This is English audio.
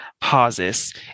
pauses